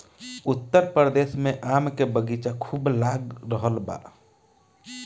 उत्तर प्रदेश में आम के बगीचा खूब लाग रहल बा